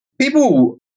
People